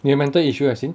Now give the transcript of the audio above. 你有 mental issue as in